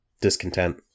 discontent